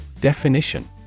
Definition